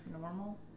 normal